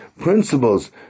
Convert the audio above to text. principles